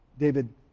David